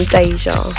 Deja